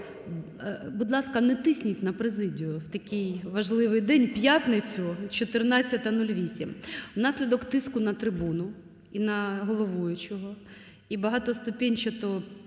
Будь ласка, не тисніть на Президію в такий важливий день, п'ятницю, 14.08. Внаслідок тиску на трибуну і на головуючого,